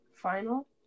final